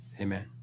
Amen